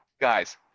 guys